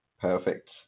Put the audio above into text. perfect